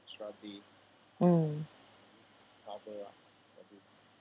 mm